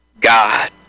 God